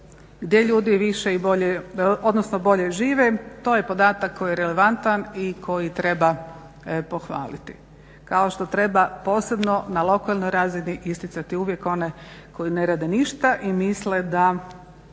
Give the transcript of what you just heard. i bolje odnosno bolje žive to je podatak koji je relevantan i koji treba pohvaliti. Kao što treba posebno na lokalnoj razini isticati uvijek one koji ne rade ništa i misle da